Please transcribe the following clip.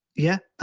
yeah,